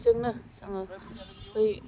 जोंनो जोङो बै